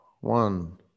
one